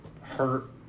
hurt